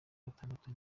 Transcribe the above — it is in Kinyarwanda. gatandatu